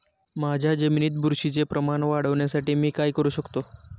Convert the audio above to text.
माझ्या जमिनीत बुरशीचे प्रमाण वाढवण्यासाठी मी काय करू शकतो?